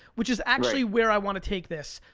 which is actually where i wanna take this.